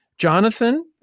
Jonathan